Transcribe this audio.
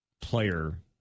player